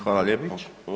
Hvala lijepo.